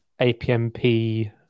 apmp